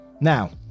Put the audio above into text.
Now